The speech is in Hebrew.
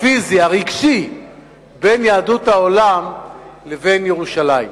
הפיזי, הרגשי בין יהדות העולם לבין ירושלים.